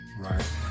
Right